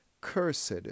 Cursed